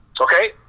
Okay